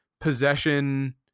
possession